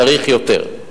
צריך יותר.